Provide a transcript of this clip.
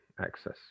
access